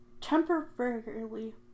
temporarily